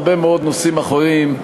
כמו בהרבה מאוד נושאים אחרים,